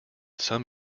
some